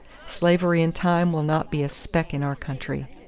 slavery in time will not be a speck in our country.